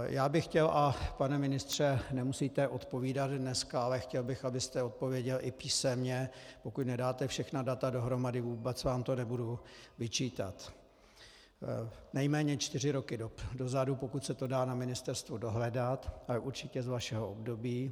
Já bych chtěl a pane ministře, nemusíte odpovídat dneska, ale chtěl bych, abyste odpověděl i písemně, pokud nedáte všechna data dohromady, vůbec vám to nebudu vyčítat, nejméně čtyři roky dozadu, pokud se to dá na ministerstvu dohledat, ale určitě z vašeho období.